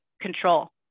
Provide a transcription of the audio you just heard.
control